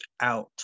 out